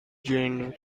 genre